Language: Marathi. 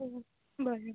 हो बरं बरं